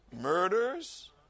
murders